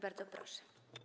Bardzo proszę.